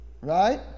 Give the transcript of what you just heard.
Right